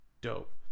Dope